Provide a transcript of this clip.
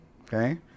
Okay